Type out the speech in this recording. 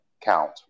count